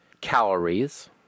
calories